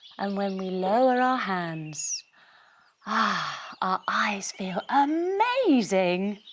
and when we lower our hands aah our eyes feel amazing!